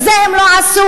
את זה הם לא עשו.